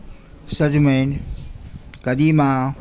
सजमनि कदीमा